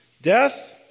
Death